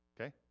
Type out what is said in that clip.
okay